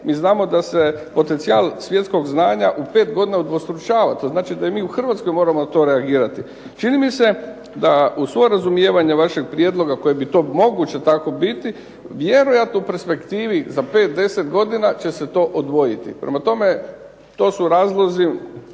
MI znamo da se potencijal svjetskog znanja u pet godina udvostručava, to znači da mi u Hrvatskoj moramo na to reagirati. Čini mi se da uz svo razumijevanje vašeg prijedloga koje bi to moguće tako biti vjerojatno u perspektivi za pet, deset godina će se to odvojiti prema tome, to su razlozi